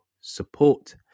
support